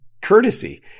Courtesy